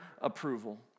approval